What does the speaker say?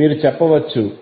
మీరు చెప్పవచ్చు